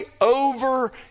over